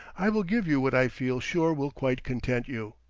i will give you what i feel sure will quite content you.